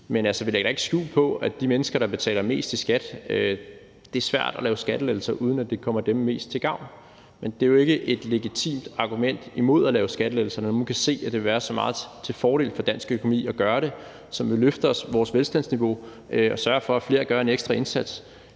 Men vi lægger ikke skjul på, at det er svært at lave skattelettelser, uden at det kommer de mennesker, der betaler mest i skat, mest til gavn. Men det er jo ikke et legitimt argument imod at lave skattelettelser, når man nu kan se, at det vil være så meget til fordel for dansk økonomi at gøre det, fordi det vil løfte vores velstandsniveau og sørge for, at flere gør en ekstra indsats.